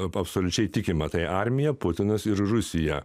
absoliučiai tikima tai armija putinas ir rusija